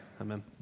Amen